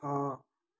ଛଅ